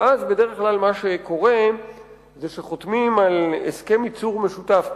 ואז בדרך כלל מה שקורה זה שחותמים על הסכם ייצור משותף,